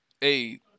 Hey